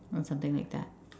or something like that